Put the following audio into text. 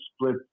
split